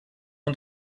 und